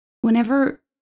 whenever